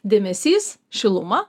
dėmesys šiluma